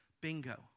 Bingo